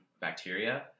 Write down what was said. bacteria